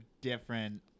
different